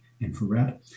infrared